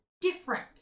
different